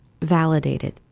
validated